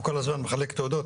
הוא כל הזמן מחלק תעודות,